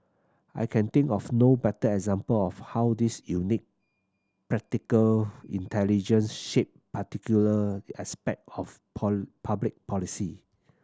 I can think of no better example of how his unique practical intelligence shaped particular aspect of paw public policy